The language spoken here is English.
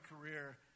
career